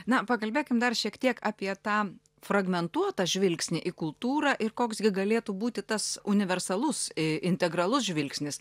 na pakalbėkim dar šiek tiek apie tą fragmentuotą žvilgsnį į kultūrą ir koks gi galėtų būti tas universalus integralus žvilgsnis